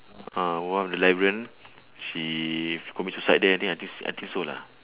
ah one of the librarian she commit suicide there I think I think s~ I think so lah